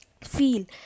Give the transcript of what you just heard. feel